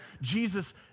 Jesus